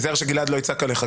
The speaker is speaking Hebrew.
רק תיזהר שגלעד לא יצעק עליך.